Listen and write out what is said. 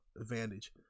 advantage